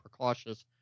precautious